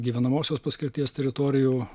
gyvenamosios paskirties teritorijų